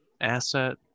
Asset